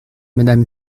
madame